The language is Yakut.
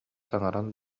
саҥаран